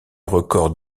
record